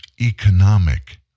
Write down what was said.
economic